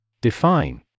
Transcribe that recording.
Define